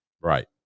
Right